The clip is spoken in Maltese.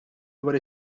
dwar